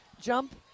jump